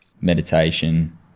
meditation